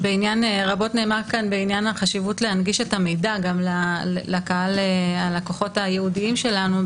רבות נאמר כאן בעניין חשיבות הנגשת המידע לקהל הלקוחות הייעודיים שלנו.